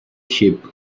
sheep